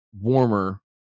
warmer